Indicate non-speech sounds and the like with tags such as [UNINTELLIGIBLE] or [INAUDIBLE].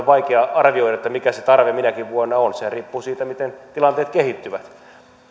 [UNINTELLIGIBLE] vaikea arvioida mikä se tarve minäkin vuonna on sehän riippuu siitä miten tilanteet kehittyvät